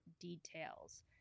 details